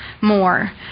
more